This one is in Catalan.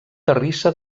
terrissa